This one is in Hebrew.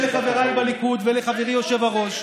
אני קורא לראש הממשלה ולחבריי בליכוד ולחברי היושב-ראש,